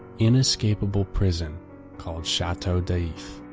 inescapable prison called chateau d'if.